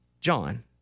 John